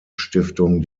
stiftung